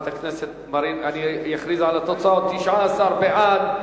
אני אכריז על התוצאות: 19 בעד,